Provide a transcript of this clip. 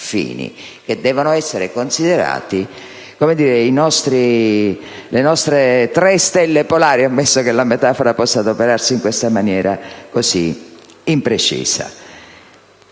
che devono essere considerati le nostre tre stelle polari, ammesso che la metafora possa adoperarsi in questa maniera così imprecisa.